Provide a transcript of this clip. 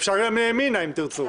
אפשר גם מימינה, אם תרצו.